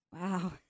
wow